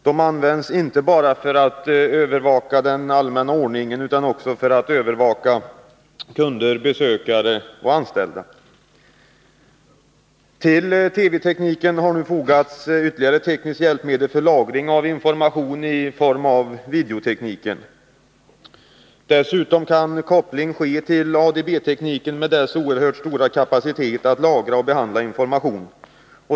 De används inte bara för att övervaka den allmänna ordningen utan också för att övervaka kunder, besökare och anställda. Till TV-tekniken har nu fogats ett tekniskt hjälpmedel för lagring av information i form av videotekniken. Dessutom kan koppling ske till ADB-tekniken med dess oerhört stora kapacitet att lagra och behandla information.